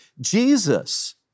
Jesus